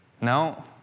No